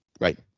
right